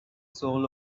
soul